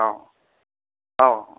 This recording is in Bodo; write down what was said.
औ औ